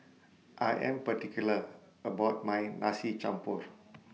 I Am particular about My Nasi Campur